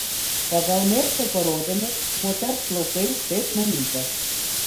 pagal merfio parodymus moters plaukai kaip mamytės